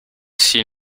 s’il